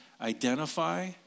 identify